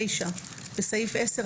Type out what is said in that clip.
בסעיף 10,